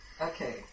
Okay